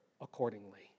accordingly